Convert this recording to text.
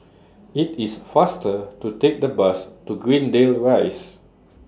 IT IS faster to Take The Bus to Greendale Rise